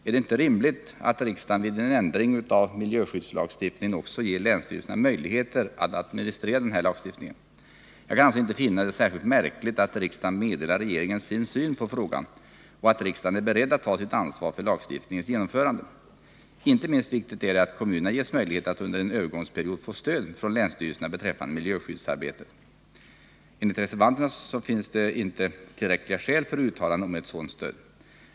Är det inte rimligt att riksdagen vid en ändring av miljöskyddslagstiftningen också ger länsstyrelserna möjligheter att administrera uppgifterna enligt denna lagstiftning? Jag kan alltså inte finna det särskilt märkligt att riksdagen meddelar regeringen sin syn på frågan och att riksdagen är beredd att ta sitt ansvar för lagstiftningens genomförande. Inte minst viktigt är det att kommunerna ges möjlighet att under en övergångsperiod få stöd från länsstyrelserna beträffande miljöskyddsarbetet. Enligt reservanterna finns tydligen inte tillräckliga skäl för uttalanden om ett sådant stöd.